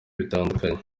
bitandukanye